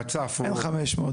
כמו רצף --- אין 500,